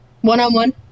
One-on-one